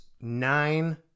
nine